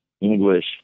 English